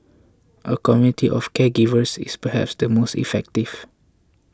a community of caregivers is perhaps the most effective